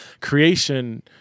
creation